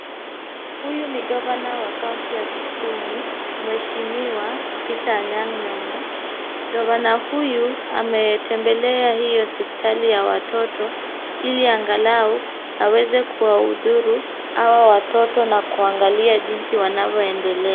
Huyu ni gavana wa county ya Kisumu, mweshimiwa, Peter Anyang' nyongo, gavana huyu ameitembelea hii hospitali ya watoto, ili angalau aweze kuwaudhuru hawa watoto na kuangalia jinsi wanavyoendelea.